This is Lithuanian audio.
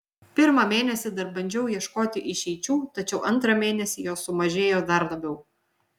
pirmą mėnesį dar bandžiau ieškoti išeičių tačiau antrą mėnesį jos sumažėjo dar labiau